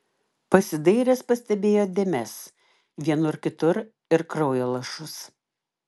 pasidairęs pastebėjo dėmes vienur kitur ir kraujo lašus